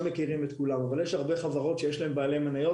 מכירים את כולם אבל יש הרבה חברות שיש להם בעלי מניות,